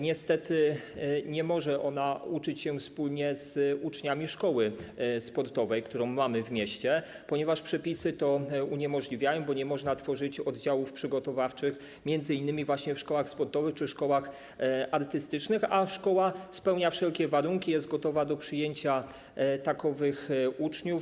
Niestety nie może ona uczyć się wspólnie z uczniami szkoły sportowej, którą mamy w mieście, ponieważ przepisy to uniemożliwiają, bo nie można tworzyć oddziałów przygotowawczych m.in. właśnie w szkołach sportowych czy w szkołach artystycznych, a szkoła spełnia wszelkie warunki, jest gotowa do przyjęcia tych uczniów.